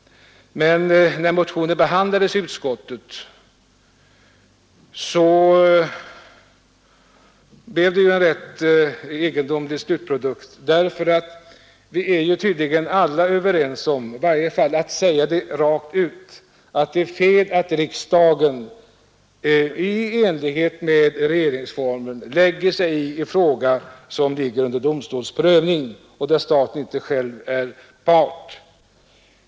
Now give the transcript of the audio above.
Men när motionen behandlades i utskottet, blev det en ganska egendomlig slutprodukt. Vi är tydligen alla överens om — i varje fall att säga det — att det är fel enligt regeringsformen att riksdagen lägger sig i en fråga som ligger under domstols prövning, en fråga där staten inte själv är part.